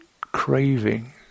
craving